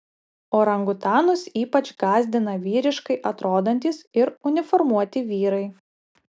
orangutanus ypač gąsdina vyriškai atrodantys ir uniformuoti vyrai